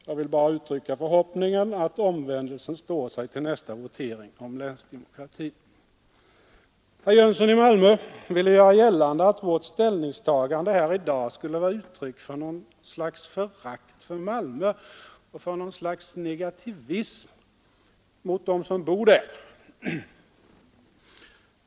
Jag vill bara uttrycka förhoppningen att omvändelsen står sig till nästa votering om länsdemokratin. Herr Jönsson i Malmö ville göra gällande att vårt ställningstagande här i dag skulle vara uttryck för något slags förakt för Malmö och för något slags negativism mot dem som bor där.